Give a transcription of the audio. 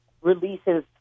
releases